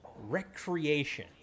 recreation